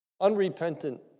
unrepentant